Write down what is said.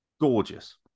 Gorgeous